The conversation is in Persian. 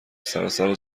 سراسر